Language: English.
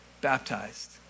baptized